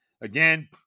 Again